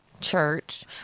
church